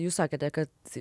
jūs sakėte kad